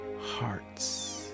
hearts